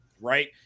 right